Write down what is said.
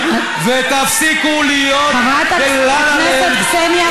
ותפסיקו להיות בלה-לה-לנד,